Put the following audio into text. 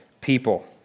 people